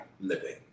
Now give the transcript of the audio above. living